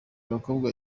umukobwa